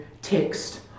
text